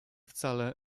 wcale